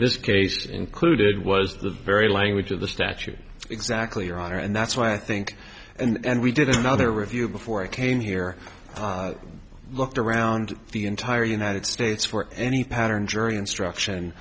this case included was the very language of the statute exactly your honor and that's why i think and we did another review before i came here looked around the entire united states for any pattern jury instruction